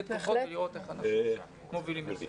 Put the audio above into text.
כוחות ולראות איך אנחנו מובילים את זה.